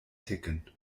ticken